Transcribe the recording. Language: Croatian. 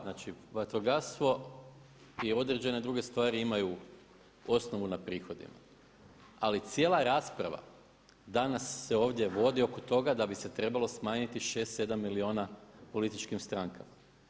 Znači vatrogastvo i određene druge stvari imaju osnovu na prihodima, ali cijela rasprava danas se ovdje vodi oko toga da bi se trebalo smanjiti 6, 7 milijuna političkim strankama.